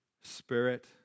Spirit